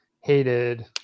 hated